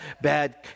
bad